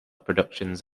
productions